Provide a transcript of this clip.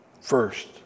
first